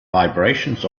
vibrations